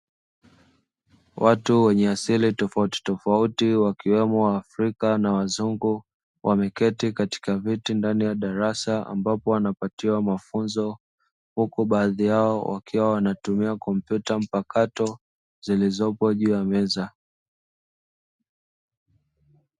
Watu wenye asili tofautitofauti wakiwemo waafrika na wazungu, wameketi katika viti ndani ya darasa ambapo wanapatiwa mafunzo, huku baadhi yao wakiwa wanatumia kompyuta mpakato zilizopo juu ya meza.